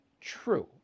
true